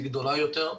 היא גדולה יותר.